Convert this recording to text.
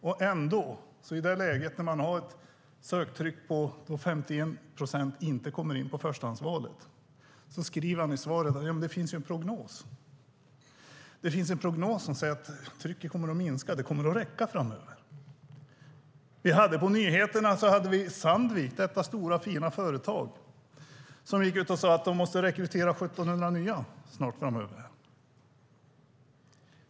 Och ändå - i ett läge där man har ett söktryck med 51 procent som inte kommer in på förstahandsvalet - skriver han i svaret att det finns en prognos som säger att trycket kommer att minska och att det kommer att räcka framöver. På nyheterna hade vi Sandvik - detta stora, fina företag - som gick ut och sade att de snart måste nyrekrytera 1 700.